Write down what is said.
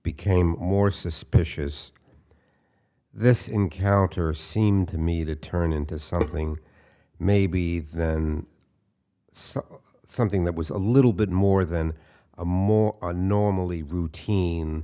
became more suspicious this encounter seemed to me to turn into something maybe then it's something that was a little bit more than a more normally routine